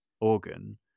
organ